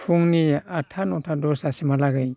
फुंनि आठथा नथा दसथासिमहालागै